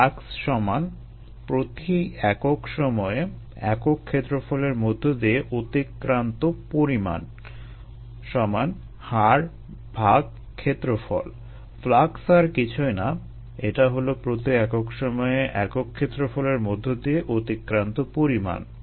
flux প্রতি একক সময়ে একক ক্ষেত্রফলের মধ্য দিয়ে অতিক্রান্ত পরিমাণ হারক্ষেত্রফল ফ্লাক্স আর কিছুই না এটা হলো প্রতি একক সময়ে একক ক্ষেত্রফলের মধ্য দিয়ে অতিক্রান্ত পরিমাণ